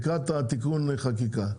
לקראת תיקון החקיקה.